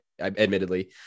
Admittedly